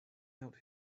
out